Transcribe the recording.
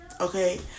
okay